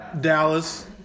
Dallas